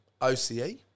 OCE